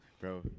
bro